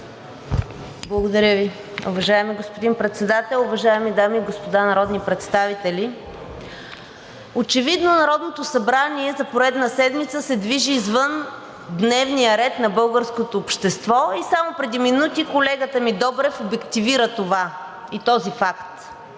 Благодаря Ви. Уважаеми господин Председател, уважаеми дами и господа народни представители! Очевидно Народното събрание за поредна седмица се движи извън дневния ред на българското общество и само преди минути колегата ми Добрев обективира това и този факт.